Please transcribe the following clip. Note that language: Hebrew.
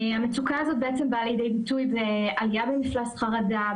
המצוקה הזאת בעצם באה לידי ביטוי בעלייה במפלס חרדה,